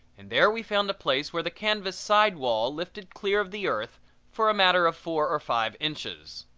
and there we found a place where the canvas side-wall lifted clear of the earth for a matter of four or five inches.